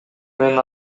мен